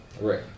Right